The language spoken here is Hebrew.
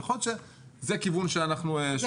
ויכול להיות שזה כיוון שאנחנו שוקלים אותו.